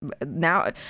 now